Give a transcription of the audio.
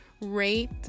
Rate